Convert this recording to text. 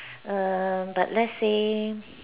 err but let's say